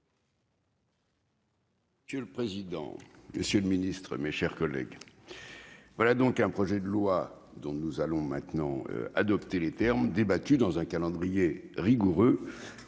Monsieur le président, monsieur le ministre, mes chers collègues, le projet de loi dont nous allons maintenant adopter les termes a été débattu dans un calendrier strict,